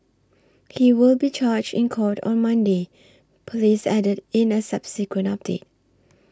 he will be charged in court on Monday police added in a subsequent update